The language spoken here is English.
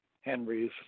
Henry's